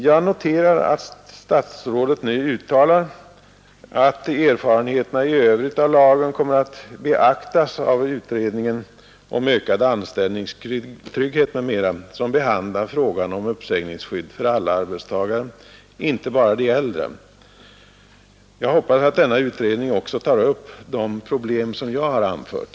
Jag noterar att statsrådet nu uttalar att erfarenheterna i övrigt av lagen kommer att beaktas av utredningen om ökad anställningstrygghet m.m., som behandlar frågan om uppsägningsskydd för alla arbetstagare, inte bara de äldre. Jag hoppas att denna utredning också tar upp det problem som jag har anfört.